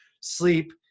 sleep